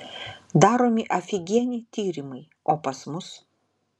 daromi afigieni tyrimai o pas mus